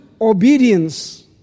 obedience